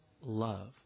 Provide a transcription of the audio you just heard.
love